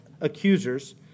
accusers